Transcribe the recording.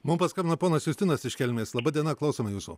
mum paskambina ponas justinas iš kelmės laba diena klausome jūsų